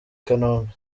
kanombe